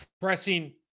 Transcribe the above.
pressing